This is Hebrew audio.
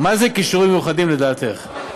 מה זה כישורים מיוחדים לדעתך?